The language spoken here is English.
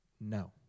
No